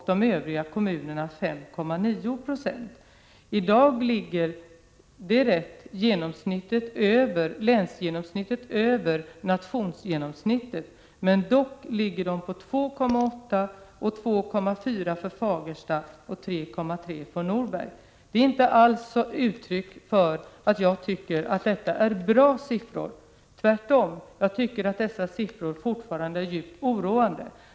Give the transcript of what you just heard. I de övriga kommunerna var arbetslösheten 5,9 90. I dag ligger länsgenomsnittet över nationsgenomsnittet, det är riktigt. Men arbetslösheten är dock i Fagersta 2,4 90 och i Norberg 3,3 90. Detta är inte något uttryck för att jag tycker att dessa siffror är bra. Tvärtom, jag tycker att dessa siffror fortfarande är djupt oroande.